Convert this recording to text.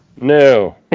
No